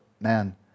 man